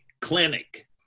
clinic